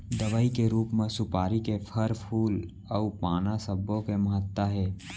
दवई के रूप म सुपारी के फर, फूल अउ पाना सब्बो के महत्ता हे